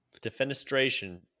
defenestration